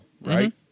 Right